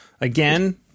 again